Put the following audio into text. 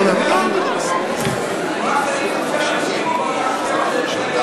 אתה אומר שיש ויכוח מה זה רקוב.